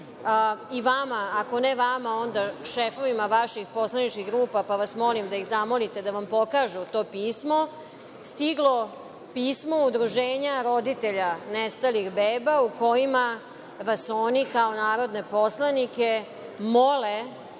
i vama, ako ne vama, onda šefovima vaših poslaničkih grupa, pa vas molim da ih zamolite da vam pokažu to pismo, stiglo pismo Udruženja roditelja nestalih beba u kojima vas oni kao narodne poslanike mole